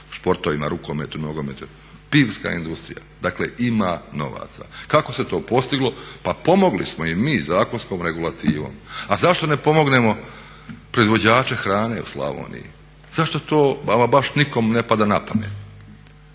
športovima rukometu, nogometu? Pivska industrija. Dakle, ima novaca. Kako se to postiglo? Pa pomogli smo im mi zakonskom regulativom. A zašto ne pomognemo proizvođače hrane u Slavoniji? Zašto to ama baš nikom ne pada na pamet?